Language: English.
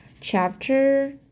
chapter